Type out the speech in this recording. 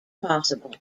possible